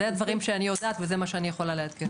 אלה הדברים שאני יודעת, וזה מה שאני יכולה לעדכן.